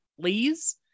please